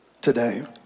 today